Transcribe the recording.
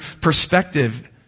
perspective